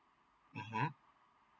mm mm